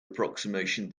approximation